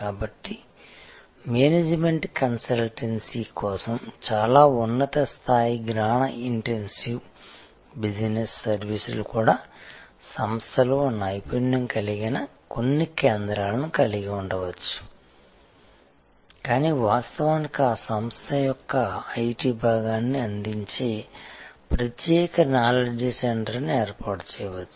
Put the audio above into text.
కాబట్టి management consultancy కోసం చాలా ఉన్నత స్థాయి జ్ఞాన ఇంటెన్సివ్ బిజినెస్ సర్వీసులు కూడా సంస్థలో నైపుణ్యం కలిగిన కొన్ని కేంద్రాలను కలిగి ఉండవచ్చు కానీ వాస్తవానికి ఆ సంస్థ యొక్క IT భాగాన్ని అందించే ప్రత్యేక నాలెడ్జ్ సెంటర్ను ఏర్పాటు చేయవచ్చు